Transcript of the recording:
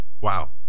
wow